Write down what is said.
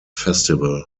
festival